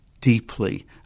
deeply